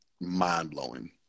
mind-blowing